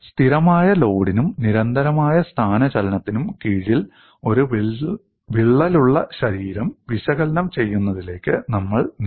സ്ഥിരമായ ലോഡിനും നിരന്തരമായ സ്ഥാനചലനത്തിനും കീഴിൽ ഒരു വിള്ളലുള്ള ശരീരം വിശകലനം ചെയ്യുന്നതിലേക്ക് നമ്മൾ നീങ്ങി